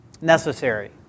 necessary